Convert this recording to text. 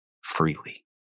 freely